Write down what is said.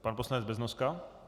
Pan poslanec Beznoska?